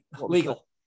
legal